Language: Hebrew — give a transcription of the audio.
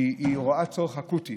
והיא רואה צורך אקוטי